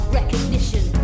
recognition